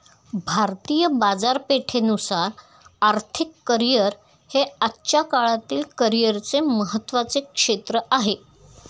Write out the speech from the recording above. भारतीय बाजारपेठेनुसार आर्थिक करिअर हे आजच्या काळातील करिअरचे महत्त्वाचे क्षेत्र आहे